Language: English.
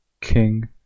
King